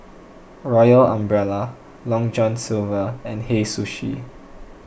Royal Umbrella Long John Silver and Hei Sushi